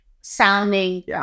sounding